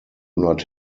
not